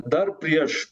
dar prieš